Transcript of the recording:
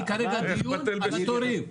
אני כרגע בדיון על התורים.